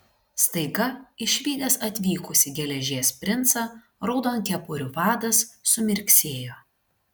staiga išvydęs atvykusį geležies princą raudonkepurių vadas sumirksėjo